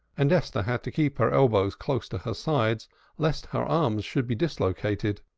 and esther had to keep her elbows close to her sides lest her arms should be dislocated.